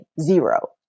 zero